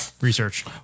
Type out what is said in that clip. Research